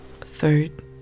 Third